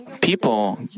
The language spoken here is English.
people